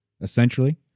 essentially